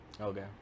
Okay